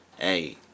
Hey